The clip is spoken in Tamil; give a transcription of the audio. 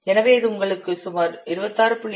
எனவே இது உங்களுக்கு சுமார் 26